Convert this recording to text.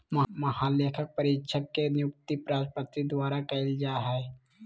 महालेखापरीक्षक के नियुक्ति राष्ट्रपति द्वारा कइल जा हइ